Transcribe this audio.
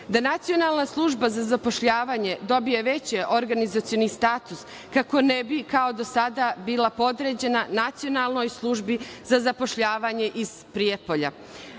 da nacionalna služba za zapošljavanje dobije veći organizacioni status, kako ne bi, kao do sada, bila podređena nacionalnoj službi za zapošljavanje iz Prijepolja.